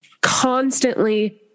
constantly